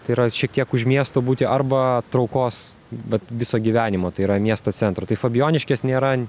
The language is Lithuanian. tai yra šiek tiek už miesto būti arba traukos vat viso gyvenimo tai yra miesto centro tai fabijoniškės nėra